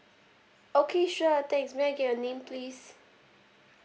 okay sure thanks may I get your name please